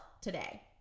today